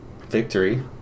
victory